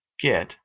get